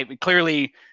clearly